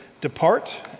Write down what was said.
depart